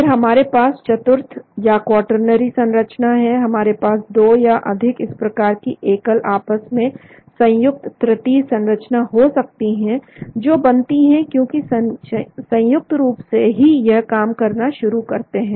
फिर हमारे पास चतुर्थ या क्वार्टरनरी संरचना है हमारे पास दो या अधिक इस प्रकार की एकल आपस में संयुक्त तृतीय संरचना हो सकती है जो बनती हैं क्योंकि संयुक्त रूप से ही यह काम करना शुरू करते हैं